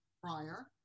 prior